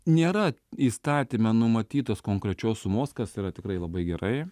nėra įstatyme numatytos konkrečios sumos kas yra tikrai labai gerai